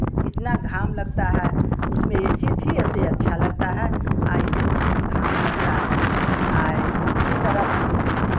कितना घाम लगता है उसमें ए सी थी वैसे अच्छा लगता है ऐसे तो घाम लगता है आ इसी तरह हम लोग